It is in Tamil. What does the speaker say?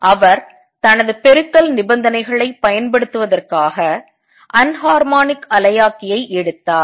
அவர் தனது பெருக்கல் நிபந்தனைகளைப் பயன்படுத்துவதற்காக அன்ஹார்மோனிக் அலையாக்கியை எடுத்தார்